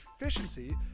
efficiency